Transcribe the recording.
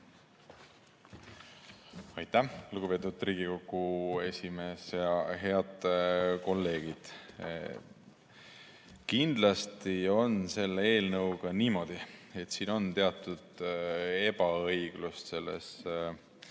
Aitäh, lugupeetud Riigikogu esimees! Head kolleegid! Kindlasti on selle eelnõuga niimoodi, et on teatud ebaõiglust selles